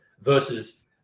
versus